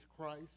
Christ